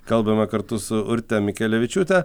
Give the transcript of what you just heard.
kalbame kartu su urte mikelevičiūte